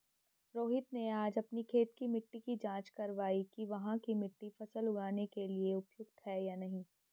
रोहित ने आज अपनी खेत की मिट्टी की जाँच कारवाई कि वहाँ की मिट्टी फसल उगाने के लिए उपयुक्त है या नहीं